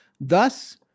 Thus